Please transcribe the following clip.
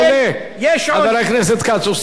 חבר הכנסת כץ, הוא סיים את הזמן.